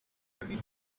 yavuze